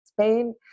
spain